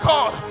God